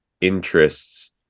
interests